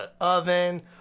oven